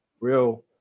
real